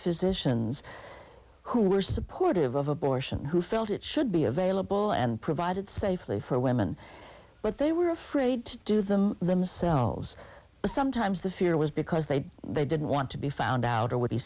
physicians who were supportive of abortion who felt it should be available and provided safely for women but they were afraid to do them themselves sometimes the fear was because they they didn't want to be found out or w